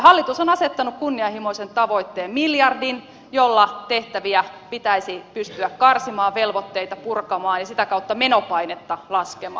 hallitus on asettanut kunnianhimoisen tavoitteen miljardin jolla tehtäviä pitäisi pystyä karsimaan velvoitteita purkamaan ja sitä kautta menopainetta laskemaan